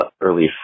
early